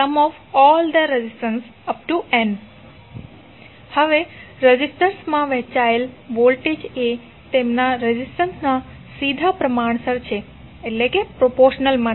ReqR1R2Rni1nRi હવે રેઝિસ્ટર્સમાં વહેંચાયેલ વોલ્ટેજ એ તેમના રેઝિસ્ટન્સના સીધા પ્રમાણસર છે